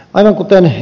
aivan kuten ed